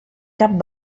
cap